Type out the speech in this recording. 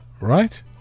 Right